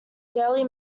daily